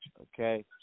Okay